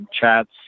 chats